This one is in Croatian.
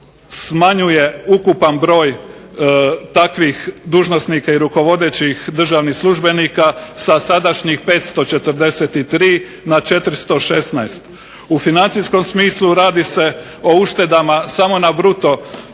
smanjuje ukupan broj takvih dužnosnika i rukovodećih državnih službenih sa sadašnjih 543 na 416. U financijskom smislu radi se o uštedama samo na bruto